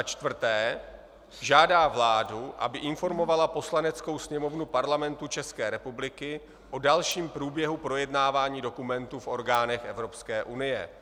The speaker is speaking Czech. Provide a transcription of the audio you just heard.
4. žádá vládu, aby informovala Poslaneckou sněmovnu Parlamentu České republiky o dalším průběhu projednávání dokumentu v orgánech Evropské unie;